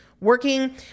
working